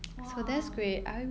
!whoa!